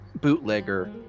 bootlegger